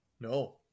No